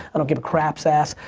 i don't give a crap's ass.